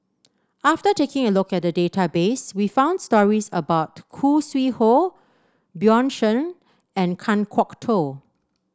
after taking a look at the database we found stories about Khoo Sui Hoe Bjorn Shen and Kan Kwok Toh